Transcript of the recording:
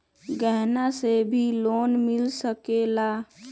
गहना से भी लोने मिल सकेला?